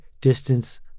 distance